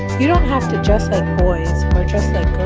you don't have to just like boys or just ah